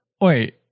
Wait